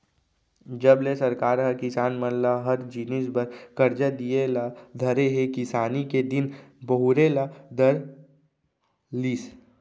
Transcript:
जब ले सरकार ह किसान मन ल हर जिनिस बर करजा दिये ल धरे हे किसानी के दिन बहुरे ल धर लिस